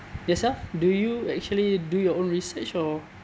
yourself do you actually do your own research or